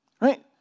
Right